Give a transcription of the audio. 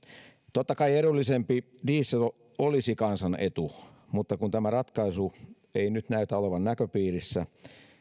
totta kai edullisempi diesel olisi kansan etu mutta kun tämä ratkaisu ei nyt näytä olevan näköpiirissä